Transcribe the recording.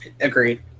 Agreed